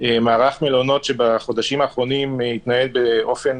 מערך מלונות שבחודשים האחרונים התנהל באופן